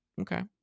okay